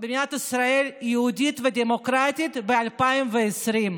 במדינת ישראל היהודית והדמוקרטית ב-2020.